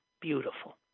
beautiful